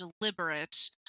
deliberate